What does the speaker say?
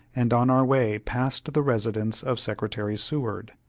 and on our way passed the residence of secretary seward,